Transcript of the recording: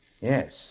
Yes